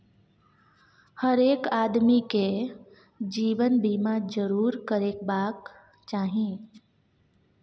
हरेक आदमीकेँ जीवन बीमा जरूर करेबाक चाही